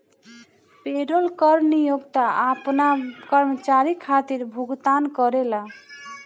payroll कर नियोक्ता आपना कर्मचारी खातिर भुगतान करेला